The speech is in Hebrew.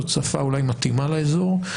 זאת שפה אולי מתאימה לאזור,